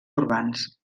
urbans